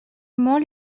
molt